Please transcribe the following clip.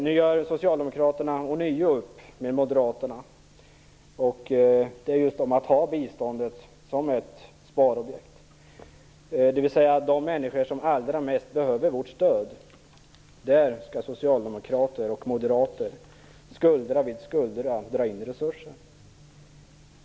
Nu gör Socialdemokraterna ånyo upp med Moderaterna just om att ha biståndet som ett sparobjekt, dvs. att för de människor som allra mest behöver vårt stöd skall socialdemokrater och moderater skuldra vid skuldra dra in resurser.